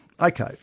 Okay